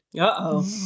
Uh-oh